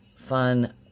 fun